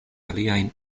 aliajn